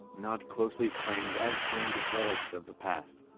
not closely framed as stranded relics of the past.